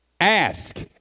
Ask